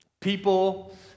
People